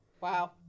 Wow